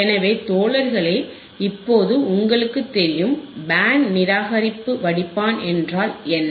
எனவே தோழர்களே இப்போது உங்களுக்குத் தெரியும்பேண்ட் நிராகரி வடிப்பான் என்றால் என்ன